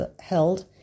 held